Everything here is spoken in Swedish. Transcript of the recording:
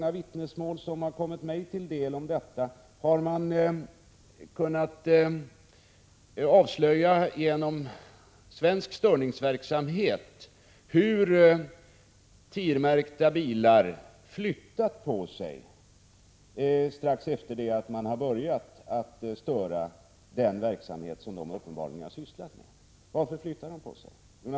Bland vittnesmål som kommit mig till del om berättas också att TIR-bilar flyttat sig strax efter att man från svensk sida börjat störa deras avlyssning. Varför flyttade de på sig?